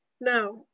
Now